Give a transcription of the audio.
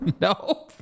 no